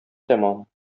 тәмам